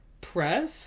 press